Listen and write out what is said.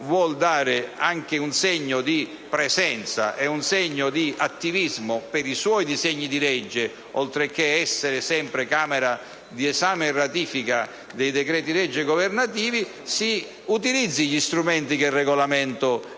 vuol dare un segno di presenza e di attivismo per i suoi disegni di legge, oltre che essere sempre Camera di esame e ratifica dei decreti‑legge governativi, si utilizzino gli strumenti che il Regolamento mette